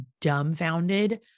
dumbfounded